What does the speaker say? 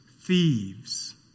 thieves